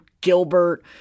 Gilbert